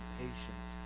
patient